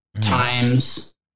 times